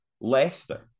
Leicester